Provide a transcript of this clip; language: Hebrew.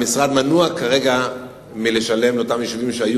המשרד מנוע כרגע מלשלם לאותם יישובים שהיו